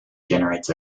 generates